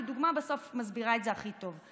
כי דוגמה בסוף מסבירה את זה הכי טוב.